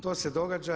To se događa.